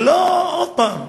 עוד פעם,